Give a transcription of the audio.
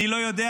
אני לא יודע.